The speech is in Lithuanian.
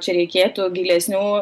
čia reikėtų gilesnių